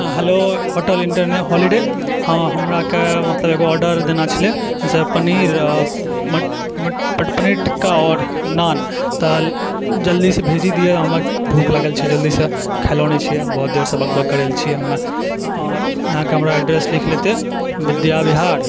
हाँ hello hotel internal holiday हाँ हमराके मतलब एगो ऑर्डर देना छलै से पनीर आओर मट मट पनीर टिक्का आओर नान तऽ जल्दीसँ भेजि दियऽ हमरा भूख लागल छै जल्दीसँ खेलौ नहि छियै बहुत देरसँ बक बक करैलऽ छियै आओर इहाँके हमरा एड्रेस लिख लेतै बिद्या बिहार